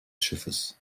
schiffes